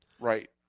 Right